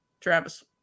Travis